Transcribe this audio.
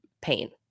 pain